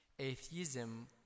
Atheism